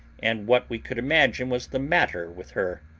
and what we could imagine was the matter with her.